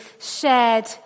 shared